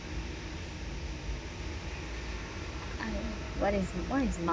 what is it what is